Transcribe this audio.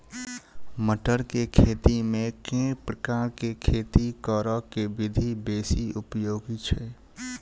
मटर केँ खेती मे केँ प्रकार केँ खेती करऽ केँ विधि बेसी उपयोगी छै?